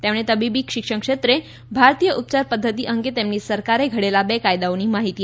તેમણે તબીબી શિક્ષણ ક્ષેત્રે ભારતીય ઉપચાર પદ્ધતિ અંગે તેમની સરકારે ઘડેલા બે કાયદાઓની માહિતી આપી હતી